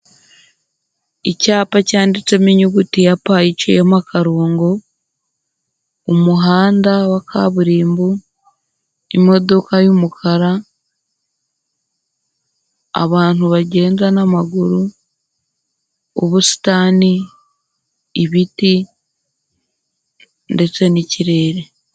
Icyapa cyanditsemo inyuguti ya P iciyemo akarongo, umuhanda wa kaburimbo, imodoka y'umukara, abantu bagenda n'amaguru, ubusitani, ibiti ndetse n'ikirere.